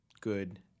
good